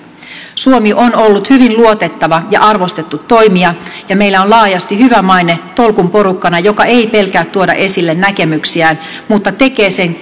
suomi on ollut hyvin luotettava ja arvostettu toimija ja meillä on laajasti hyvä maine tolkun porukkana joka ei pelkää tuoda esille näkemyksiään mutta tekee sen